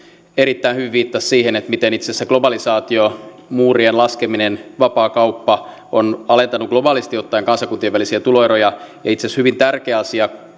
erittäin hyvin viittasi että miten itse asiassa globalisaatio muurien laskeminen vapaakauppa ovat alentaneet globaalisti ottaen kansakuntien välisiä tuloeroja ja se on itse asiassa hyvin tärkeä asia